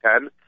Ten